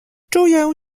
czuję